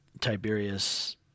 Tiberius